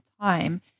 time